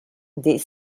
des